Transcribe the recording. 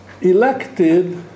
elected